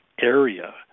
area